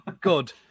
good